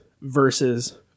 versus